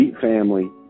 family